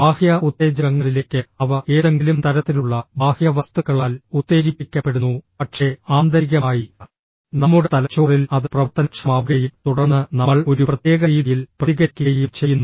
ബാഹ്യ ഉത്തേജകങ്ങളിലേക്ക് അവ ഏതെങ്കിലും തരത്തിലുള്ള ബാഹ്യ വസ്തുക്കളാൽ ഉത്തേജിപ്പിക്കപ്പെടുന്നു പക്ഷേ ആന്തരികമായി നമ്മുടെ തലച്ചോറിൽ അത് പ്രവർത്തനക്ഷമമാവുകയും തുടർന്ന് നമ്മൾ ഒരു പ്രത്യേക രീതിയിൽ പ്രതികരിക്കുകയും ചെയ്യുന്നു